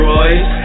Royce